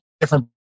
different